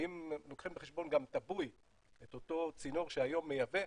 ואם לוקחים בחשבון גם את אותו צינור שהיום מייבא,